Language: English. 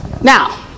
now